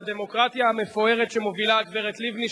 הדמוקרטיה המפוארת שמובילה הגברת לבני,